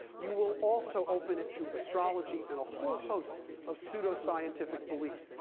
you will also open it to astrology and a whole host of pseudo scientific beliefs.